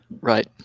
Right